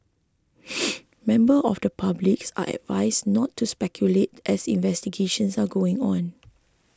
member of the public are advised not to speculate as investigations are going on